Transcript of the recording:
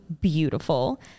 beautiful